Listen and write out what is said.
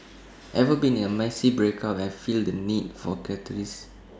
ever been in A messy breakup and feel the need for